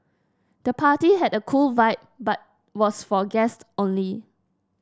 the party had a cool vibe but was for guests only